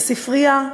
לספרייה,